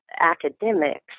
academics